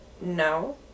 no